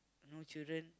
no children